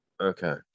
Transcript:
Okay